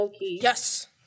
Yes